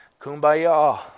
kumbaya